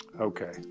okay